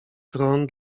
tron